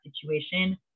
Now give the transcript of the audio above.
situation